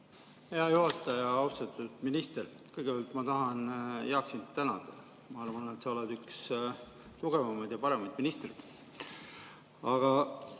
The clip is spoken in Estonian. Hea juhataja! Austatud minister! Kõigepealt ma tahan, Jaak, sind tänada. Ma arvan, et sa oled üks tugevamaid ja paremaid ministreid.